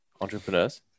entrepreneurs